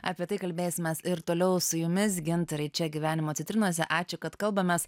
apie tai kalbėsimės ir toliau su jumis gintarai čia gyvenimo citrinose ačiū kad kalbamės